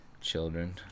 children